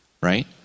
right